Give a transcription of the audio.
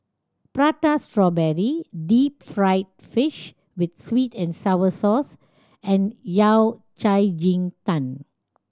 Prata Strawberry deep fried fish with sweet and sour sauce and Yao Cai ji tang